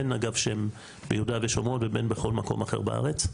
בין אגב אם שהם ביהודה ושומרון ובין בכל מקום אחר בארץ,